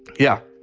yeah.